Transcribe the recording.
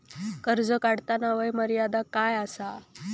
कर्ज काढताना वय मर्यादा काय आसा?